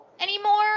anymore